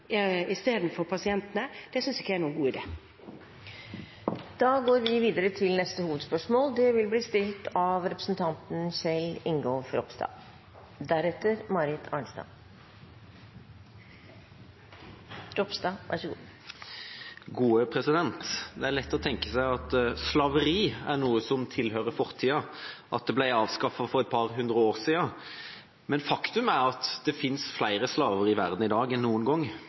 pasientene. Det synes ikke jeg er noen god idé. Vi går til neste hovedspørsmål. Det er lett å tenke seg at slaveri er noe som tilhører fortida, at det ble avskaffet for et par hundre år siden. Men faktum er at det finnes flere slaver i verden i dag enn noen gang.